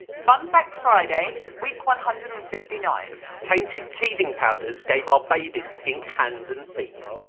fun fact friday week one hundred and fifty nine tainted teething powders gave our babies pink hands and feet!